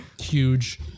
huge